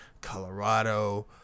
colorado